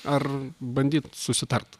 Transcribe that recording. ar bandyt susitart